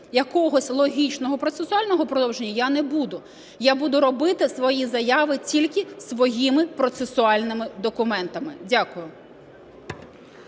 якогось логічного процесуального продовження, я не буду. Я буду робити свої заяви тільки своїми процесуальними документами. Дякую.